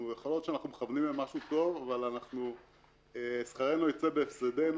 יכול להיות שאנחנו מכוונים למשהו טוב אבל שכרנו ייצא בהפסדנו.